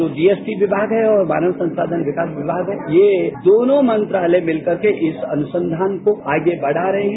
जो जीएसटी विमाग है और मानव संसाधन विभाग है ये दोनों मंत्रालय मिल करके इस अनुसंधान को आगे बढ़ा रहे हैं